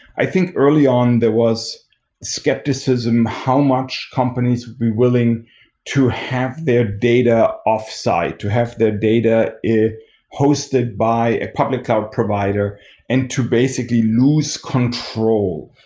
i think early on, there was skepticism how much companies would be willing to have their data off-site, to have their data hosted by a public cloud provider and to basically lose control.